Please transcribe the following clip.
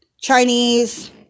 Chinese